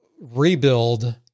rebuild